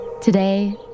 today